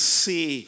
see